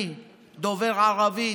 אני דובר ערבית,